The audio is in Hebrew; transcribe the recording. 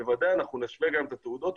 בוודאי אנחנו גם נשווה את התעודות.